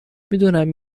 میدونم